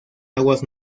aguas